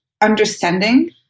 understanding